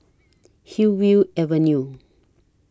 Hillview Avenue